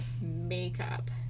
makeup